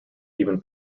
even